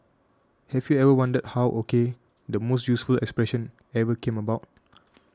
have you ever wondered how O K the most useful expression ever came about